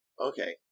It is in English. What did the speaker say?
Okay